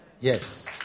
Yes